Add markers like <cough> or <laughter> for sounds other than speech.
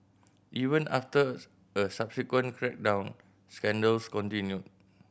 even after <unintelligible> a subsequent crackdown scandals continued